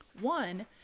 One